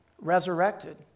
resurrected